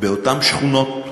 באותן שכונות,